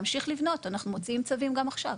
אי אפשר להמשיך לבנות ואנחנו מוציאים צווים גם עכשיו.